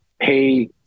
pay